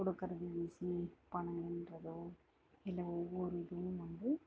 கொடுக்கறது ஈசி பணம் என்றதோ இல்லை ஒவ்வொரு இதுவும் வந்து